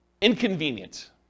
inconvenient